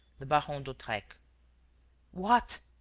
the baron d'hautrec. what!